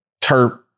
terp